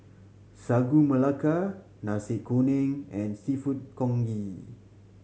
Sagu Melaka Nasi Kuning and Seafood Congee